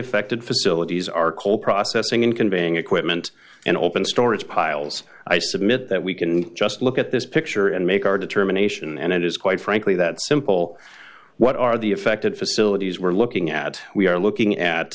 affected facilities are coal processing and conveying equipment and open storage piles i submit that we can just look at this picture and make our determination and it is quite frankly that simple what are the affected facilities we're looking at we are looking at